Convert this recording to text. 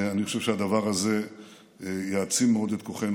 ואני חושב שהדבר הזה יעצים מאוד את כוחנו.